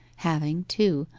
having, too,